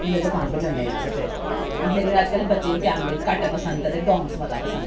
जिल्लै दकान पर जन्ने आं अस ते लेकन अजकल्ल बच्चें गी कैमलिन घट्ट पंसद ऐ ते डाम्स मता पसंद ऐ